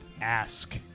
ask